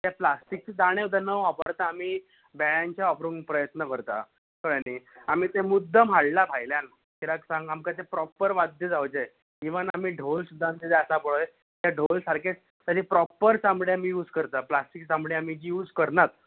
ते प्लास्टिकले दाणे सुद्दां न वापरता आमी बेळ्यांचे वापरुंक प्रयत्न करतां कळ्ळे न्हय आमी ते मुद्दम हांडलां भायलान कित्याक सांग आमकां ते प्रोपर वाद्य जांवचे इवन आमी ते आमचे ढोल सुद्दां आसा पळय ते ढोल सारके ताचेर प्रोपर चामडें आमी यूज करता प्लास्टीक चामडें आमी यूज करनात